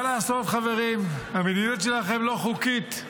מה לעשות, חברים, המדיניות שלכם לא חוקית.